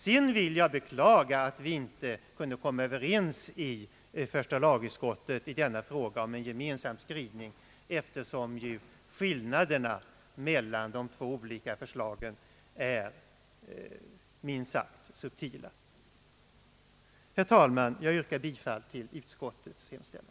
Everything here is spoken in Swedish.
Sedan vill jag beklaga att vi i första lagutskotet inte kunde komma överens i denna fråga om en gemensam skrivning, eftersom skillnaderna mellan de två olika förslagen är minst sagt subtila. Herr talman, Jag yrkar bifall till utskottets hemställan.